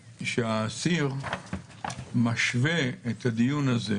שהאסיר משווה את הדיון הזה,